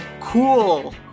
Cool